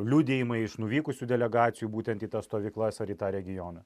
liudijimai iš nuvykusių delegacijų būtent į tas stovyklas ar į tą regioną